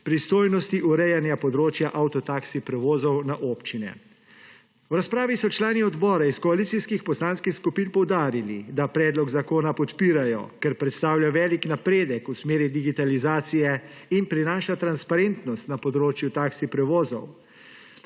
pristojnosti urejanja področja avto taksi prevozov na občine. V razpravi so člani odbora iz koalicijskih poslanskih skupin poudarili, da predlog zakona podpirajo, ker predstavlja velik napredek v smeri digitalizacije in prinaša transparentnost na področju taki prevozov.